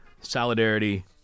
Solidarity